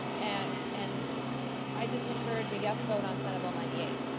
and and i just encourage a yes vote on senate bill ninety eight